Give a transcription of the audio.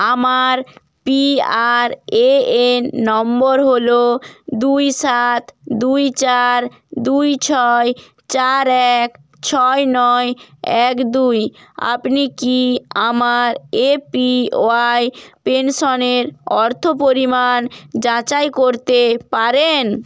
আমার পিআরএএন নম্বর হল দুই সাত দুই চার দুই ছয় চার এক ছয় নয় এক দুই আপনি কি আমার এপিওয়াই পেনশনের অর্থ পরিমাণ যাচাই করতে পারেন